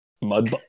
Mud